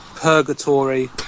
purgatory